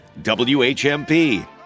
WHMP